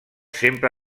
sempre